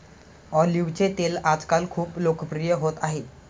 ऑलिव्हचे तेल आजकाल खूप लोकप्रिय होत आहे